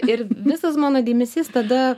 ir visas mano dėmesys tada